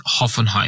Hoffenheim